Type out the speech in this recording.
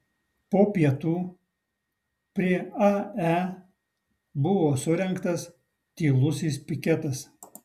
po pietų prie ae buvo surengtas tylusis piketas